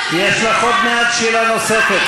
יש לך עוד מעט שאלה נוספת,